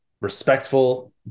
respectful